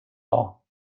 all